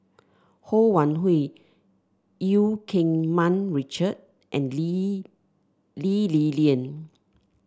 Ho Wan Hui Eu Keng Mun Richard and Lee Lee Li Lian